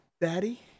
Daddy